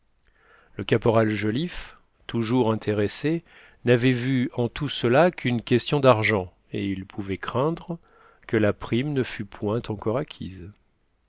le caporal joliffe toujours intéressé n'avait vu en tout cela qu'une question d'argent et il pouvait craindre que la prime ne fût point encore acquise